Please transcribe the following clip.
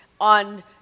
on